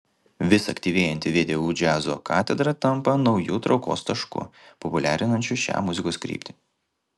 vis aktyvėjanti vdu džiazo katedra tampa nauju traukos tašku populiarinančiu šią muzikos kryptį